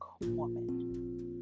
woman